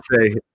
say